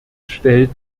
stellt